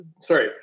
sorry